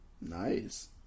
Nice